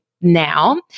now